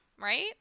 right